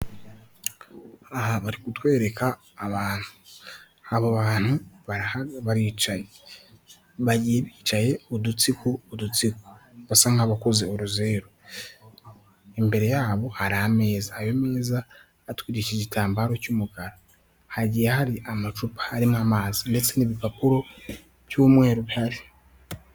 Aha bari kutwereka abantu. Abo bantu baricaye. Bagiye bicaye udutsiko, udutsiko. Basa nk'abakoze uruzeru. Imbere yabo hari ameza. Ayo meza atwikirije igitambaro cy'umukara. Hagiye hari amacupa arimo amazi ndetse n'ibipapuro by'umweru bihari.